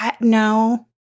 no